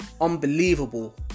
unbelievable